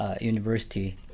University